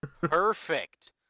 Perfect